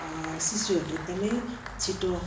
शिशुहरू एकदमै छिटो